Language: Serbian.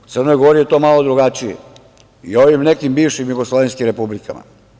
U Crnoj Gori je to malo drugačije i u ovim nekim bivšim jugoslovenskim republikama.